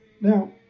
Now